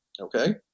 okay